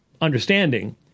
understanding